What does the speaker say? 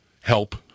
help